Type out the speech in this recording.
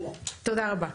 תודה רבה.